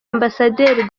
ambasaderi